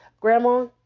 Grandma